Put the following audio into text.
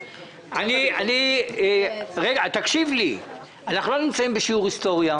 תקשיב לי, אנחנו לא נמצאים בשיעור היסטוריה,